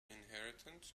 inheritance